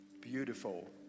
beautiful